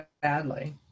badly